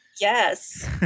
yes